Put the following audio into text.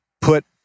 Put